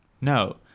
No